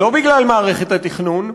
לא בגלל מערכת התכנון,